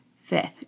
Fifth